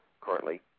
currently